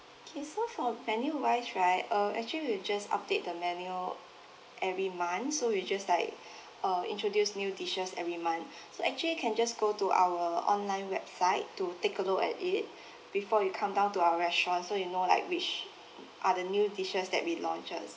okay so for menu wise right uh actually we'll just update the menu every month so we just like uh introduce new dishes every month so actually you can just go to our online website to take a look at it before you come down to our restaurants so you know like which are the new dishes that we launch